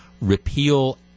repeal